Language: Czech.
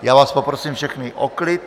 Já vás poprosím všechny o klid.